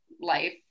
life